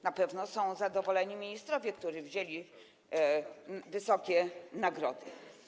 Na pewno są zadowoleni ministrowie, którzy wzięli wysokie nagrody.